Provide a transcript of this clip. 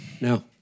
No